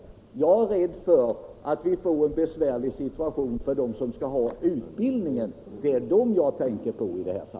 Men jag är rädd för att de som skall ha utbildningen kommer att råka i en besvärlig situation - det är den jag tänker på.